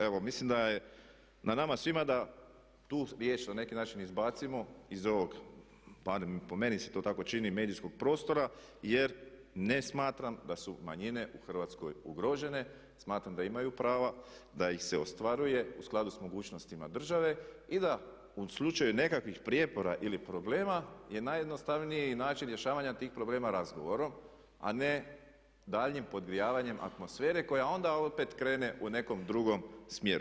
Evo mislim da je na nama svima da tu riječ na neki način izbacimo iz ovog, barem po meni se to tako čini medijskog prostora jer ne smatram da su manjine u Hrvatskoj ugrožene, smatram da imaju prava da ih se ostvaruje u skladu sa mogućnostima države i da u slučaju nekakvih prijepora ili problema je najjednostavniji način rješavanja tih problema razgovorom a ne daljnjim podgrijavanjem atmosfere koja onda opet krene u nekom drugom smjeru.